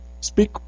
Speak